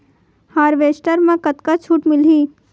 Harvester म कतका छूट मिलही?